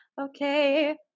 okay